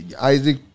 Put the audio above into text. Isaac